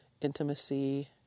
intimacy